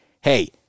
hey